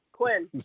Quinn